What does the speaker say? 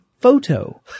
photo –